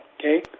okay